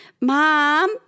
mom